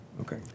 Okay